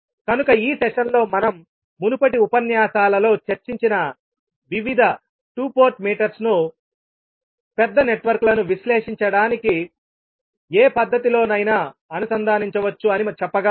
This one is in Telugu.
కనుక ఈ సెషన్లో మనం మునుపటి ఉపన్యాసాలలో చర్చించిన వివిధ 2 పోర్ట్ మీటర్స్ ను పెద్ద నెట్వర్క్లను విశ్లేషించడానికి ఏ పద్ధతిలోనైనా అనుసంధానించవచ్చు అని చెప్పగలం